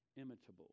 imitable